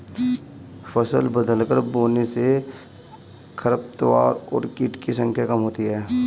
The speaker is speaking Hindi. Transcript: फसल बदलकर बोने से खरपतवार और कीट की संख्या कम होती है